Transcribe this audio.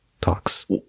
talks